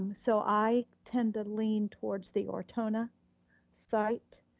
so i tend to lean towards the ortona site.